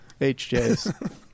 HJs